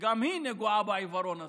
שגם היא נגועה בעיוורון הזה,